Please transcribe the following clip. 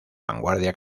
vanguardia